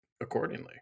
accordingly